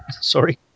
Sorry